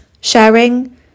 Sharing